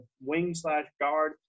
wing-slash-guard